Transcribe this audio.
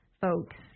folks